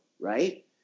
right